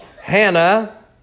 Hannah